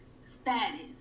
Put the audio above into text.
status